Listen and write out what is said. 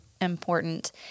important